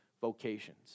vocations